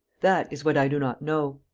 that is what i do not know.